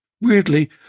Weirdly